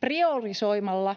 Priorisoimalla